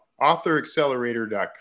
Authoraccelerator.com